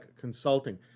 Consulting